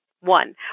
one